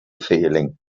feeling